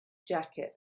jacket